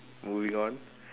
moving on